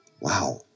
Wow